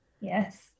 Yes